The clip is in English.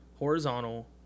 Horizontal